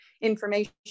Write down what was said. information